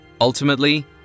Ultimately